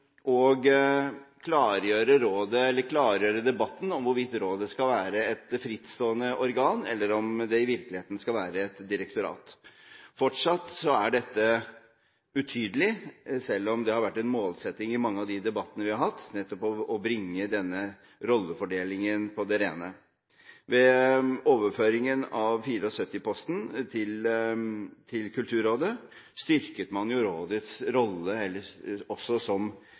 og klargjøre debatten om hvorvidt rådet skal være et frittstående organ, eller om det i virkeligheten skal være et direktorat. Fortsatt er dette utydelig, selv om det har vært en målsetting i mange av de debattene vi har hatt, nettopp å bringe denne rollefordelingen på det rene. Ved overføringen av 74-posten til Kulturrådet styrket man rådets rolle når det gjelder de forvaltningsmessige oppgaver, mer i retning av å bli oppfattet som